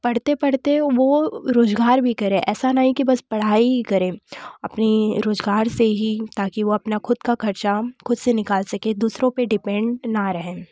पढ़ते पढ़ते वह रोज़गार भी करें ऐसा नहीं कि बस पढ़ाई ही करे अपनी रोज़गार से ही ताकि वह अपना खुद का खर्चा खुद से निकाल सके दूसरों पर डिपेंड ना रहे